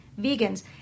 vegans